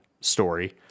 story